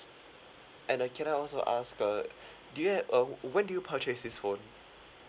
and uh can I also ask uh do you have uh when do you purchase this phone